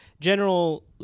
general